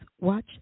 watch